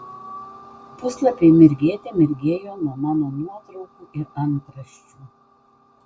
puslapiai mirgėte mirgėjo nuo mano nuotraukų ir antraščių